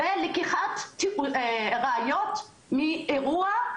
ולקיחת ראיות מאירוע,